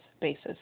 basis